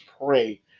pray